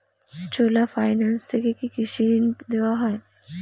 চোলা finance থেকে কি কৃষি ঋণ দেওয়া হয়?